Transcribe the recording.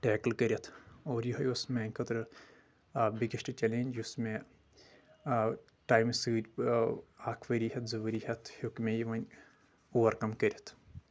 tackle کٔرِتھ اور یوٚہے اوس میانہِ خٲطرٕ بِگیٚسٹ چلینج یُس مےٚ آ ٹایمہٕ سۭتۍ اکھ ؤری ہیٚتھ زٕ ؤری ہیٚتھ ہیٚوک مےٚ یہِ وۄنۍ اُورکم کٔرِتھ